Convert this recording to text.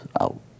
out